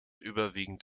überwiegend